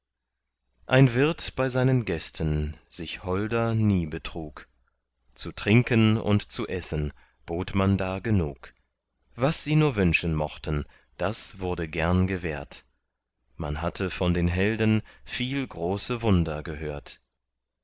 ein wirt bei seinen gästen sich holder nie betrug zu trinken und zu essen bot man da genug was sie nur wünschen mochten das wurde gern gewährt man hatte von den helden viel große wunder gehört